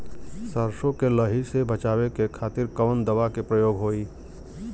सरसो के लही से बचावे के खातिर कवन दवा के प्रयोग होई?